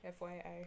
FYI